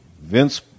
Vince